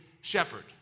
shepherd